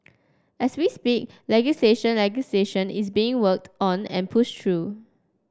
as we speak legislation legislation is being worked on and pushed through